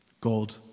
God